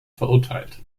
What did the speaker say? verurteilt